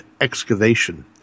excavation